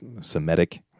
semitic